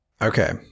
okay